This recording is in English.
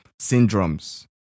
syndromes